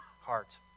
heart